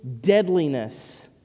deadliness